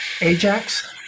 Ajax